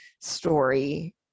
story